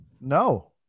No